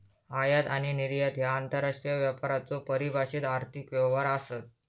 आयात आणि निर्यात ह्या आंतरराष्ट्रीय व्यापाराचो परिभाषित आर्थिक व्यवहार आसत